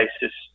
basis